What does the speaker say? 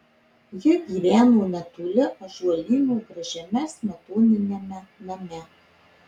ji gyveno netoli ąžuolyno gražiame smetoniniame name